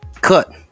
Cut